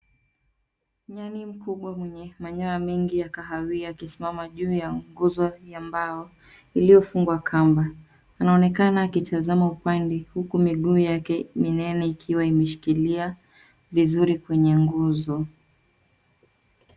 Nyani mkubwa mwenye manyoya mingi ya kahawia akisimama juu ya nguzo ya mbao ,iliyofungwa kamba. inaonekana akitizama upande huku miguu yake minene ikiwa imeshikilia vizuri kwenye nguzo.